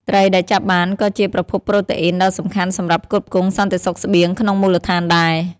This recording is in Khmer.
ត្រីដែលចាប់បានក៏ជា ប្រភពប្រូតេអ៊ីន ដ៏សំខាន់សម្រាប់ផ្គត់ផ្គង់សន្តិសុខស្បៀងក្នុងមូលដ្ឋានដែរ។